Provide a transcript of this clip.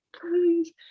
please